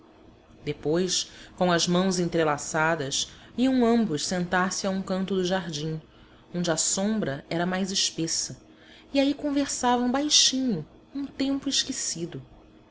depois com as mãos entrelaçadas iam ambos sentar-se a um canto do jardim onde a sombra era mais espessa e aí conversavam baixinho um tempo esquecido